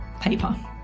paper